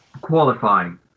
qualifying